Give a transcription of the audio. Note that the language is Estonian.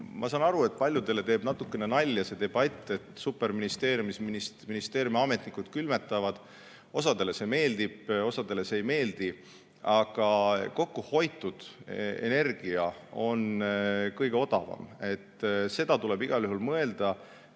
ma saan aru, et paljudele teeb natukene nalja see debatt, et superministeeriumis ametnikud külmetavad. Osale see meeldib, osale ei meeldi, aga kokkuhoitud energia on kõige odavam. Tuleb igal juhul mõelda,